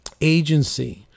agency